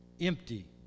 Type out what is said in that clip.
Empty